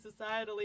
societally